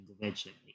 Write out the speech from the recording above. individually